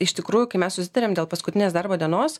iš tikrųjų kai mes susitariam dėl paskutinės darbo dienos